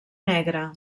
negre